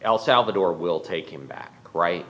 el salvador will take him back right